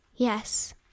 Yes